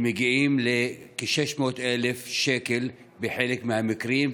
שמגיעים לכ-600,000 שקל בחלק מהמקרים,